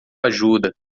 ajuda